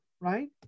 right